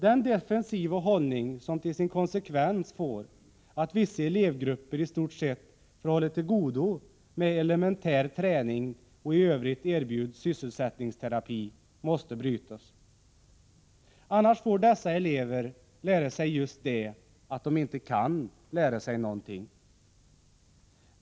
Den defensiva hållningen, som till sin konsekvens får att vissa elevgrupper i stort sett får hålla till godo med elementär träning och i övrigt erbjuds sysselsättningsterapi, måste brytas. Annars får dessa elever lära sig just det att de inte kan lära sig någonting.